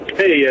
hey